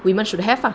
women should have ah